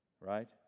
right